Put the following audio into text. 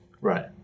Right